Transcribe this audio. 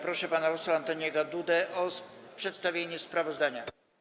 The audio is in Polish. Proszę pana posła Antoniego Dudę o przedstawienie sprawozdania.